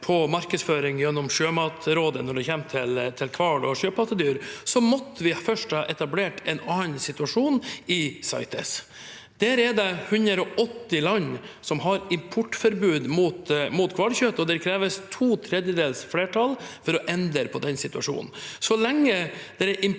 på markedsføring gjennom Sjømatrådet når det gjelder hval og sjøpattedyr, måtte vi først ha etablert en annen situasjon i CITES. Der er det 180 land som har importforbud mot hvalkjøtt, og det kreves to tredjedels flertall for å endre på den situasjonen. Så lenge det